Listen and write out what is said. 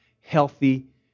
healthy